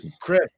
Chris